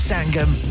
Sangam